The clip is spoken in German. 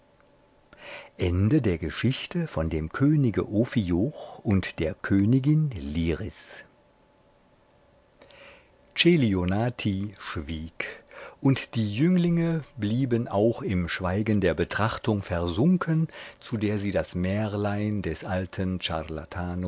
ende der geschichte von dem könige ophioch und der königin liris celionati schwieg und die jünglinge blieben auch im schweigen der betrachtung versunken zu der sie das märlein des alten